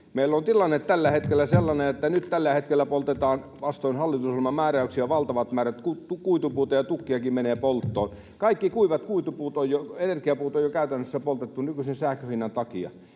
tilanne tällä hetkellä sellainen, että nyt tällä hetkellä poltetaan vastoin hallitusohjelman määräyksiä valtavat määrät kuitupuuta ja tukkiakin menee polttoon. Kaikki kuivat kuitupuut ja energiapuut on jo käytännössä poltettu nykyisen sähkönhinnan takia.